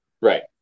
Right